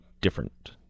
different